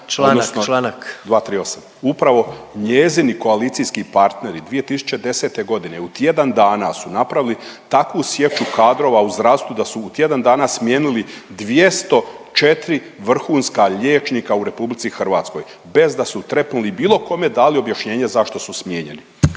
Članak, članak./… … 238., upravo njezini koalicijski partneri 2010. godine u tjedan dana su napravili takvu sječu kadrova u zdravstvu da su u tjedan dana smijenili 204 vrhunska liječnika u RH bez da su trepnuli, bilo kome dali objašnjenje zašto su smijenjeni.